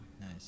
Nice